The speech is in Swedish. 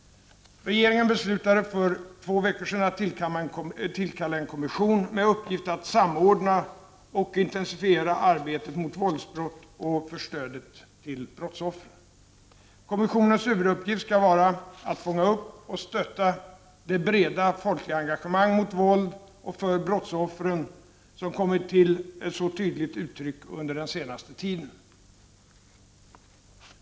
Regeringen beslutade för två veckor sedan att tillkalla en kommission med uppgift att samordna och intensifiera arbetet mot våldsbrott och för stödet till brottsoffren. Kommissionens huvuduppgift skall vara att fånga upp och stötta det breda, folkliga engagemang mot våld och för brottsoffren som kommit till så tydligt uttryck under den senaste tiden.